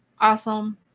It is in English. awesome